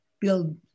build